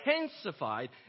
intensified